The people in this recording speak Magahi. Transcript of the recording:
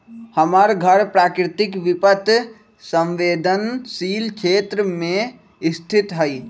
हमर घर प्राकृतिक विपत संवेदनशील क्षेत्र में स्थित हइ